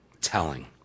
telling